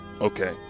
okay